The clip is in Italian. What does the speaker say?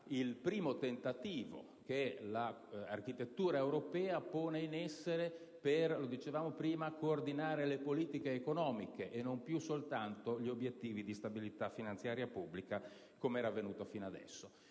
il primo tentativo che l'architettura europea pone in essere per coordinare le politiche economiche e non più soltanto gli obiettivi di stabilità finanziaria pubblica, come era stato fino ad ora.